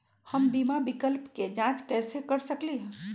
हम बीमा विकल्प के जाँच कैसे कर सकली ह?